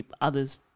others